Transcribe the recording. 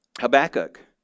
Habakkuk